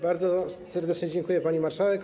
Bardzo serdecznie dziękuję, pani marszałek.